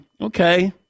Okay